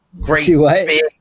Great